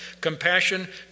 compassion